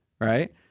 right